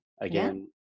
Again